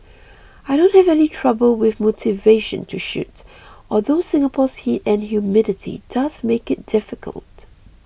I don't have any trouble with motivation to shoot although Singapore's heat and humidity does make it difficult